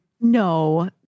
no